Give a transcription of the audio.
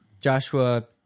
Joshua